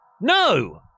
No